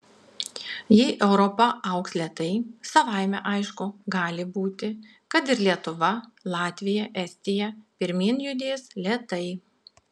jei europa augs lėtai savaime aišku gali būti kad ir lietuva latvija estija pirmyn judės lėtai